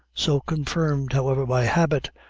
so confirmed, however, by habit,